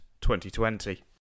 2020